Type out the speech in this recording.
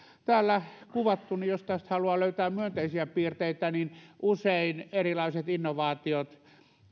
kuvattu haluaa löytää myönteisiä piirteitä niin usein erilaiset innovaatiot